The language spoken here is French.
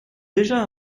déjà